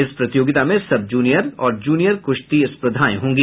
इस प्रतियोगिता में सब जूनियर और जूनियर कुश्ती स्पर्धा होगी